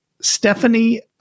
Stephanie